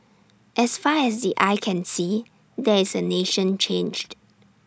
as far as the eye can see there is A nation changed